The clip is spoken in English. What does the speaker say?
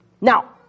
Now